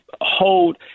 hold –